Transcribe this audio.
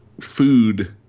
food